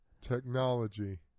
technology